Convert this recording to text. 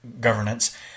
governance